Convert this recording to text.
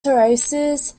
terraces